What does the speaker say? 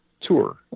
tour